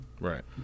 Right